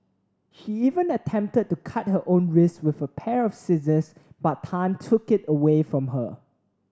he even attempted to cut her own wrists with a pair of scissors but Tan took it away from her